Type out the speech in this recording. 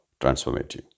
transformative